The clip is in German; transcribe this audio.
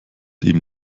eben